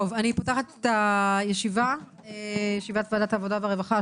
אני פותחת את ישיבת ועדת העבודה והרווחה,